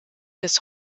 des